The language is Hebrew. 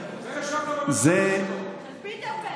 ------ מה קורה עם פיטר פן --- מה קורה עם זה?